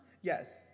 Yes